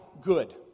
good